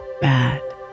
bad